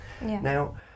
Now